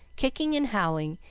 kicking and howling,